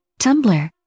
Tumblr